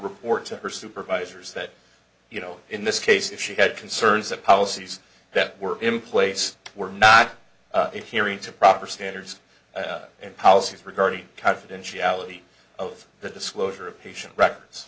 report to her supervisors that you know in this case if she had concerns that policies that were in place were not hearing to proper standards and policies regarding confidentiality of the disclosure of patient records